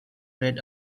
read